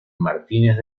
martínez